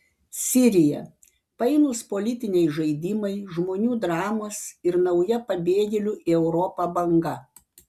sirija painūs politiniai žaidimai žmonių dramos ir nauja pabėgėlių į europą banga